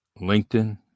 LinkedIn